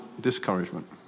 discouragement